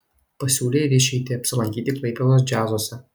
pasiūlė ir išeitį apsilankyti klaipėdos džiazuose